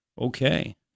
okay